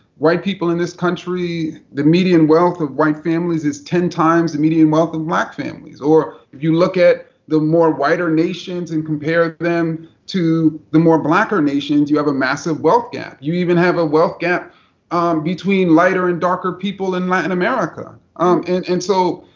white people in this country, the median wealth of white families is ten times the median wealth of black families. or if you look at the more whiter nations and compare them to the more blacker nations, you have a massive wealth gap. you even have a wealth gap between lighter and darker people in latin america. um and and so,